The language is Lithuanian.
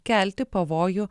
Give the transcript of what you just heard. kelti pavojų